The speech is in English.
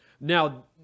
Now